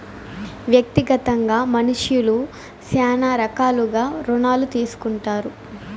వ్యక్తిగతంగా మనుష్యులు శ్యానా రకాలుగా రుణాలు తీసుకుంటారు